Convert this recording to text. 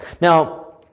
Now